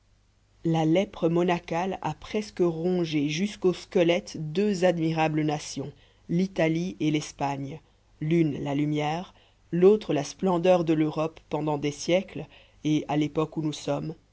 la lèpre monacale a presque rongé jusqu'au squelette deux admirables nations l'italie et l'espagne l'une la lumière l'autre la splendeur de l'europe pendant des siècles et à l'époque où nous sommes